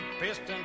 piston